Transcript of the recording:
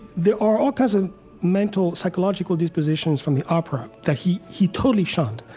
there are all kinds of mental, psychological dispositions from the opera that he he totally shunned.